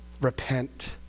Repent